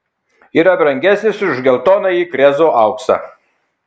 yra brangesnis už geltonąjį krezo auksą